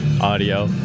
audio